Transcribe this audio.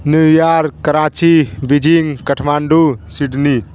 New York Karachi Beijing Kathmandu Sydney